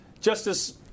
Justice